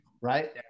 right